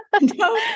No